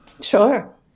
Sure